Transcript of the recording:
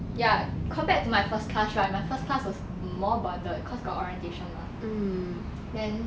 ya compared to my first class right my first class was more bonded cause got orientation mah then